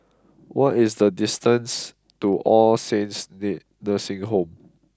what is the distance to All Saints knee Nursing Home